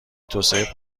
توسعه